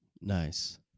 Nice